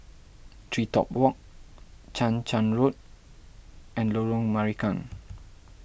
TreeTop Walk Chang Charn Road and Lorong Marican